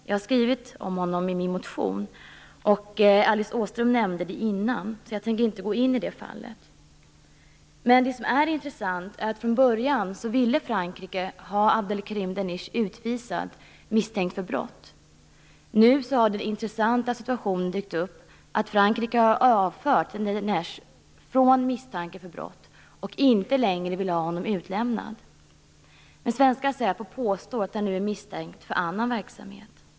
Jag har skrivit om honom i min motion. Alice Åström nämnde fallet tidigare, så jag tänker inte gå in på det. Men det som är intressant är att Frankrike från början ville ha Abdelkerim Deneche utvisad, misstänkt för brott. Nu har den intressanta situationen uppstått att Frankrike har avfört Deneche från misstanke om brott och inte längre vill ha honom utlämnad. Svenska säpo påstår att han nu är misstänkt för annan verksamhet.